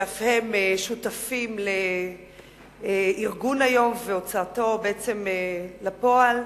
שאף הם שותפים לארגון היום ולהוצאתו לפועל,